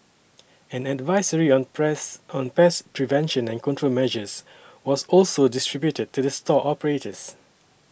an advisory on press on pest prevention and control measures was also distributed to the store operators